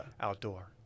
outdoor